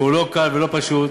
שהוא לא קל ולא פשוט.